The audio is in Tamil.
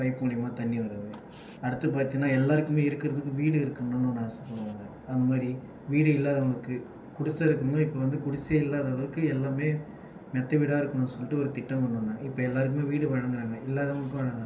பைப் மூலயமா தண்ணி வரது அடுத்து பார்த்திங்கனா எல்லோருக்குமே இருக்கிறதுக்கு வீடு இருக்கணும்னு ஆசைப்படுவாங்க அந்தமாதிரி வீடு இல்லாதவர்களுக்கு குடிசை இருக்கும்லை இப்போ வந்து குடிசை இல்லாதவர்களுக்கு எல்லாம் மெத்தை வீடாக இருக்கணும் சொல்லிட்டு ஒரு திட்டம் ஒன்று கொண்டு வந்தாங்க இப்போ எல்லோருக்குமே வீடு வழங்குகிறாங்க இல்லாதவர்களுக்கும் வழங்குகிறாங்க